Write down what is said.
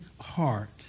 heart